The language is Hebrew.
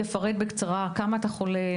מבקשים שהפונה יגיד בקצרה כמה הוא חולה,